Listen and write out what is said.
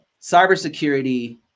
cybersecurity